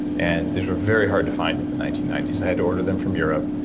and these were very hard to find in the nineteen ninety s. i had to order them from europe,